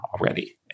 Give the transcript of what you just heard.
already